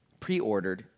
preordered